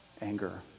anger